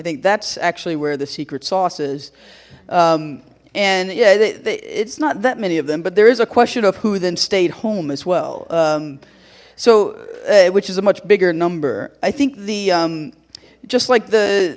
think that's actually where the secret sauce is and yeah it's not that many of them but there is a question of who then stayed home as well so which is a much bigger number i think the just like the